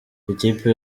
ikipe